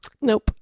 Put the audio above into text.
Nope